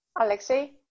Alexei